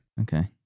Okay